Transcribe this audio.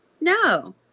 no